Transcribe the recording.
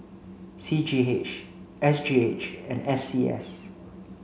C G H S G H and C S